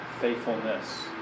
faithfulness